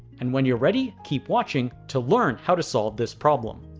and when you're ready keep watching to learn how to solve this problem.